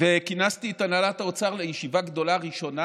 וכינסתי את הנהלת האוצר לישיבה גדולה ראשונה